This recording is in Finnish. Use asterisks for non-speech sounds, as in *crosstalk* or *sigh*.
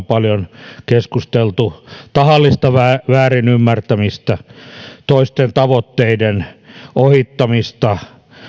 *unintelligible* paljon keskusteltu tahallista väärinymmärtämistä toisten tavoitteiden ohittamista